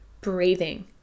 breathing